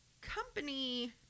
company